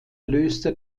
löste